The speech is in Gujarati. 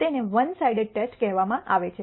તેને વન સાઇડેડ ટેસ્ટ કહેવામાં આવે છે